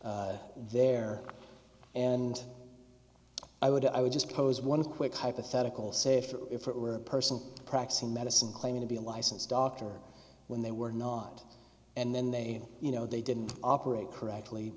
there and i would i would just pose one quick hypothetical say for if it were a person practicing medicine claiming to be a licensed doctor when they were not and then they you know they didn't operate correctly